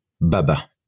Baba